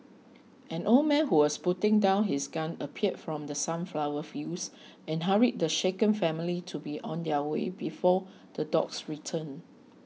an old man who was putting down his gun appeared from the sunflower fields and hurried the shaken family to be on their way before the dogs return